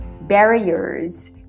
barriers